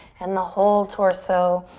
and the whole torso.